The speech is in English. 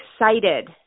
excited